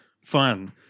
fun